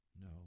No